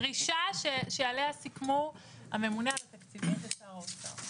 הדרישה שעליה סיכמו הממונה על התקציבים ושר האוצר,